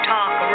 Talk